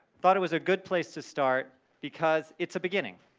but it was a good place to start because it's a beginning.